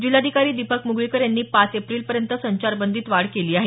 जिल्हाधिकारी दीपक मुगळीकर यांनी पाच एप्रिलपर्यंत संचारबंदीत वाढ केली आहे